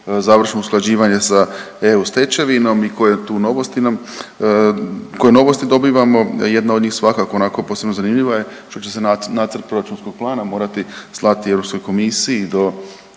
završno usklađivanje sa EU stečevinom i koje tu novosti nam koje novosti dobivamo, jedna od njih svakako onako posebno zanimljiva je što će se nacrt proračunskog plana morati slati Europskoj komisiji do